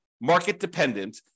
market-dependent